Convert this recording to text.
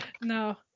No